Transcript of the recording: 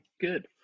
good